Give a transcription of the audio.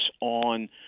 on